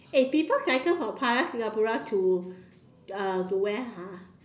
eh people cycle from Plaza Singapura to uh to where ha